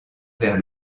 vers